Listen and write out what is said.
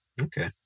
Okay